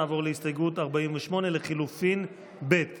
נעבור להסתייגות מס' 47. הצבעה.